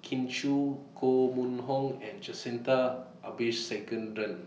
Kin Chui Koh Mun Hong and Jacintha Abisheganaden